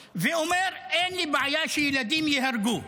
ואומר: אין לי בעיה שילדים ייהרגו בעזה,